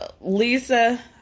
Lisa